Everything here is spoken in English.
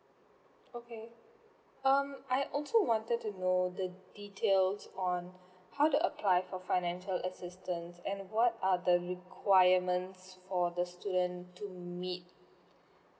okay um I also wanted to know the details on how to apply for financial assistance and what are the requirements for the student to meet